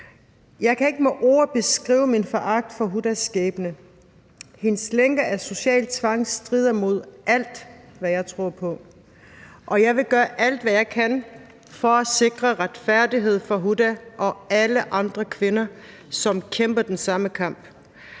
Jeg kan ikke med ord beskrive min foragt for Hudas skæbne. Hendes lænker af social tvang strider mod alt, hvad jeg tror på, og jeg vil gøre alt, hvad jeg kan, for at sikre retfærdighed for Huda og alle andre kvinder, som kæmper den samme kamp.